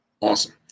Awesome